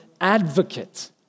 advocate